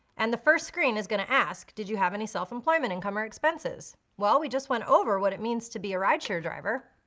and the first screen is gonna ask, did you have any self-employment income or expenses? well, we just went over what it means to be a rideshare driver.